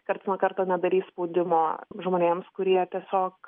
karts nuo karto nedarys spaudimo žmonėms kurie tiesiog